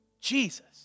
Jesus